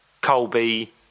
Colby